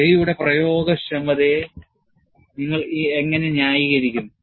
J യുടെ പ്രയോഗക്ഷമതയെ നിങ്ങൾ എങ്ങനെ ന്യായീകരിക്കും